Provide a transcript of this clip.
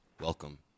Welcome